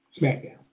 SmackDown